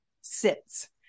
sits